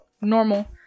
normal